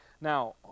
now